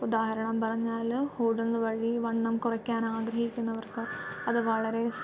ഉദാഹരണം പറഞ്ഞാൽ ഓടുന്നത് വഴി വണ്ണം കുറയ്ക്കാൻ ആഗ്രഹിക്കുന്നവർക്ക് അത് വളരെ സ്